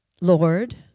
Lord